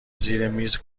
زیرمیز